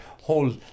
whole